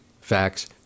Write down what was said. facts